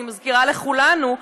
אני מזכירה לכולנו,